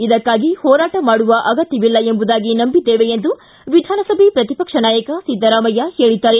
ಇದಕ್ಕಾಗಿ ಹೋರಾಟ ಮಾಡುವ ಅಗತ್ಯವಿಲ್ಲ ಎಂಬುದಾಗಿ ನಂಬಿದ್ದೇವೆ ಎಂದು ವಿಧಾನಸಭೆ ಪ್ರತಿಪಕ್ಷ ನಾಯಕ ಸಿದ್ದರಾಮಯ್ದ ಹೇಳಿದ್ದಾರೆ